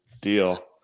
deal